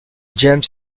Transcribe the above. james